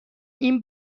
این